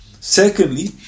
Secondly